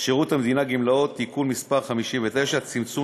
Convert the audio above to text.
שירות המדינה (גמלאות) (תיקון מס' 59) (צמצום